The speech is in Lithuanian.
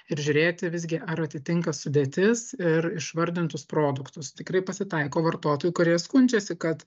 ir žiūrėti visgi ar atitinka sudėtis ir išvardintus produktus tikrai pasitaiko vartotojų kurie skundžiasi kad